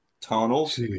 tunnels